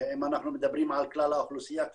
אם אנחנו מדברים על כלל האוכלוסייה זה